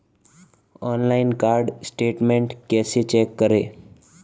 Online card statement कैसे check करें?